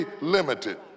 limited